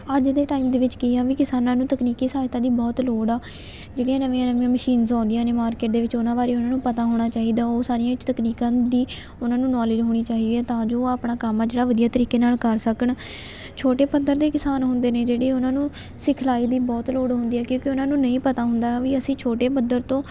ਅੱਜ ਦੇ ਟਾਈਮ ਦੇ ਵਿੱਚ ਕੀ ਆ ਵੀ ਕਿਸਾਨਾਂ ਨੂੰ ਤਕਨੀਕੀ ਸਹਾਇਤਾ ਦੀ ਬਹੁਤ ਲੋੜ ਆ ਜਿਹੜੀਆਂ ਨਵੀਆਂ ਨਵੀਆਂ ਮਸ਼ੀਨਸ ਆਉਂਦੀਆਂ ਨੇ ਮਾਰਕੀਟ ਦੇ ਵਿੱਚ ਉਹਨਾਂ ਬਾਰੇ ਉਹਨਾਂ ਨੂੰ ਪਤਾ ਹੋਣਾ ਚਾਹੀਦਾ ਉਹ ਸਾਰੀਆਂ 'ਚ ਤਕਨੀਕਾਂ ਦੀ ਉਹਨਾਂ ਨੂੰ ਨੌਲੇਜ ਹੋਣੀ ਚਾਹੀਦੀ ਤਾਂ ਜੋ ਆਪਣਾ ਕੰਮ ਆ ਜਿਹੜਾ ਵਧੀਆ ਤਰੀਕੇ ਨਾਲ ਕਰ ਸਕਣ ਛੋਟੇ ਪੱਧਰ ਦੇ ਕਿਸਾਨ ਹੁੰਦੇ ਨੇ ਜਿਹੜੇ ਉਹਨਾਂ ਨੂੰ ਸਿਖਲਾਈ ਦੀ ਬਹੁਤ ਲੋੜ ਹੁੰਦੀ ਹੈ ਕਿਉਂਕਿ ਉਹਨਾਂ ਨੂੰ ਨਹੀਂ ਪਤਾ ਹੁੰਦਾ ਵੀ ਅਸੀਂ ਛੋਟੇ ਪੱਧਰ ਤੋਂ